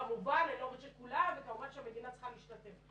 כמובן שהמדינה צריכה להשתתף.